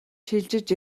шилжиж